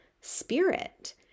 spirit